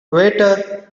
waiter